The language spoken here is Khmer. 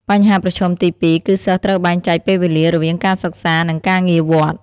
បញ្ហាប្រឈមទី២ គឺសិស្សត្រូវបែងចែកពេលវេលារវាងការសិក្សា និងការងារវត្ត។